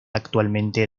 actualmente